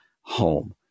home